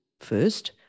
First